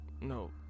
no